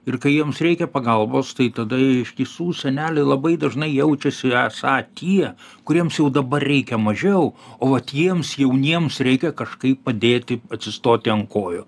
ir kai jiems reikia pagalbos tai tada jie iš tiesų seneliai labai dažnai jaučiasi esą tie kuriems jau dabar reikia mažiau o vat jiems jauniems reikia kažkaip padėti atsistoti ant kojų